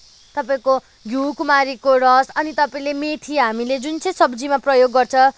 तपाईँको घिउकुमारीको रस अनि तपाईँले मेथी हामीले जुन चाहिँ सब्जीमा प्रयोग गर्छ